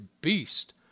beast